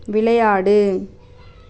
விளையாடு